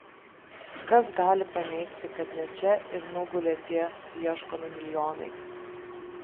kas gali paneigti kad ne čia ir nugulė tie ieškomi milijonai